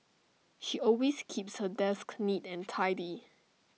she always keeps her desk neat and tidy